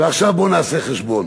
ועכשיו בוא נעשה חשבון.